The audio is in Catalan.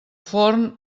forn